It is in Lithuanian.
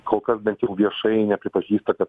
kol kas bent jau viešai nepripažįsta kad